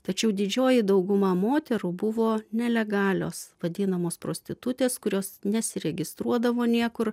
tačiau didžioji dauguma moterų buvo nelegalios vadinamos prostitutės kurios nesiregistruodavo niekur